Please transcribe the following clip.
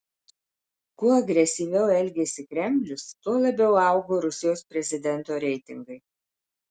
kuo agresyviau elgėsi kremlius tuo labiau augo rusijos prezidento reitingai